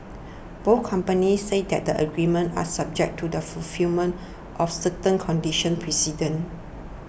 both companies said that the agreements are subject to the fulfilment of certain conditions precedent